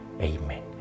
Amen